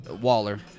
Waller